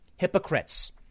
Hypocrites